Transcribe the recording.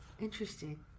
Interesting